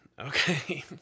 Okay